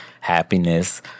happiness